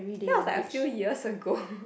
that was like a few years ago